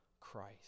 Christ